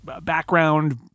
background